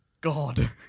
God